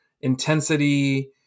intensity